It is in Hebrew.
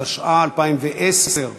התשע"א 2010,